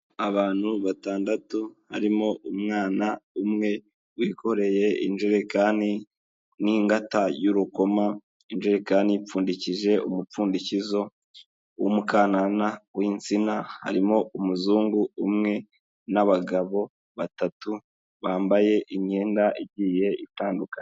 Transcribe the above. Abantu batandatu barimo umwana umwe wikoreye ijerekani n'ingata y'urukoma, ijerekani ipfundikije umupfundikizo w'umukanana w'insina, harimo umuzungu umwe n'abagabo batatu bambaye imyenda igiye itandukana.